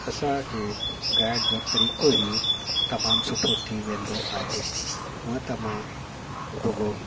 असां जे ॻाइण जो तरीक़ो ई तमामु सुठो थी वेंदो आहे हूअं त मां रुॻो